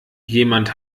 jemand